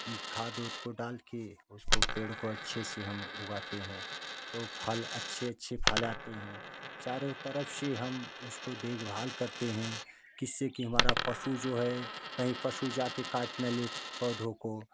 खाद वाद को डालकर उसको पेड़ को अच्छे से हम उगाते हैं तो फल अच्छे अच्छे फल आते हैं चारों तरफ से हम उसको देखभाल करते हैं जिससे कि हमारा पशु जो है कहीं पशु जाकर काट ले पौधों को